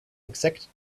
exact